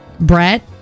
Brett